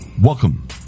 Welcome